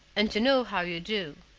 and to know how you do.